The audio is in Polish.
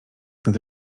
nad